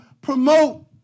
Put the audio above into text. promote